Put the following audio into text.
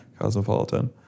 cosmopolitan